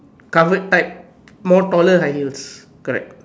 covered type more taller high heels correct